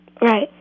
Right